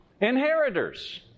inheritors